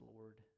Lord